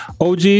OG